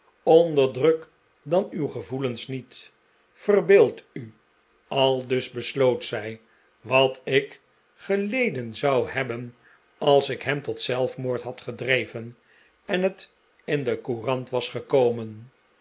onderdruk dan uw gevoelens niet verbeeld u aldus besloot zij wat ik geleden zou hebben als ik hem tot zelfmoord had gedreven en het in de courant was gekomen